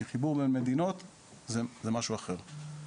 כי חיבור בין מדינות זה משהו אחר.